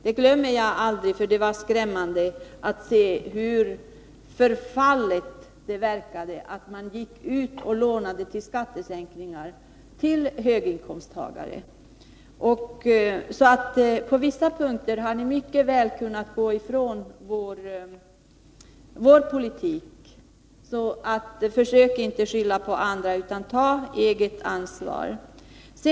Det glömmer jag aldrig — det var skrämmande att se hur förfallet det verkade att man gick ut och lånade till skattesänkningar för höginkomsttagare. Detta visar att ni på vissa punkter mycket väl hade kunnat gå ifrån vår politik. Försök inte skylla på andra utan ta eget ansvar!